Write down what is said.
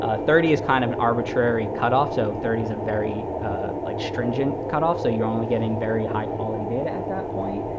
ah thirty is kind of an arbitrary cutoff. so thirty is a very like stringent cutoff, so you're only getting very high-quality data at that point.